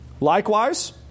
Likewise